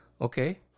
Okay